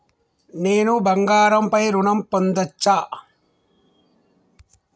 నేను బంగారం పై ఋణం పొందచ్చా?